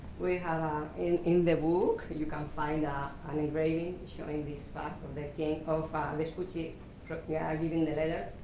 we have ah in in the book you can find an engraving showing this part of the king of vespucci yeah leaving the letter.